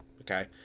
Okay